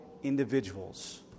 individuals